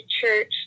church